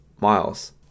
miles